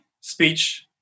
speech